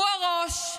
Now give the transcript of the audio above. הוא הראש,